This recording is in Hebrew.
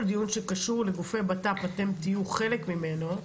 דיון שקשור לגופי בט"פ אתם תהיו חלק ממנו,